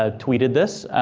ah tweeted this,